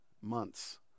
months